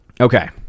okay